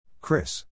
Chris